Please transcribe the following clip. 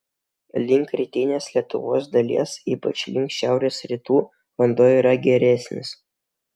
link rytinės lietuvos dalies ypač link šiaurės rytų vanduo yra geresnis